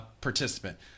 participant